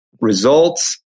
Results